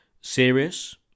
serious